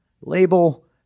label